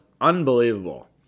unbelievable